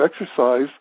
exercise